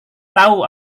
tahu